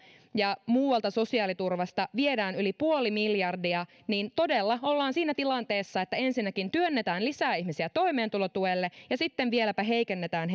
ja muualta sosiaaliturvasta viedään yli puoli miljardia todella ollaan siinä tilanteessa että ensinnäkin työnnetään lisää ihmisiä toimeentulotuelle ja sitten vielä heikennetään